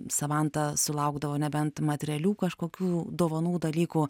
samanta sulaukdavo nebent materialių kažkokių dovanų dalykų